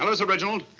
ah sir reginald?